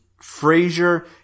Frazier